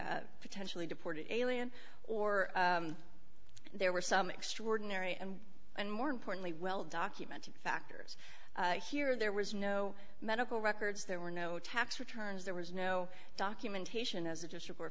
potentially deported alien or there were some extraordinary and and more importantly well documented factors here there was no medical records there were no tax returns there was no documentation as additional were